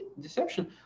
deception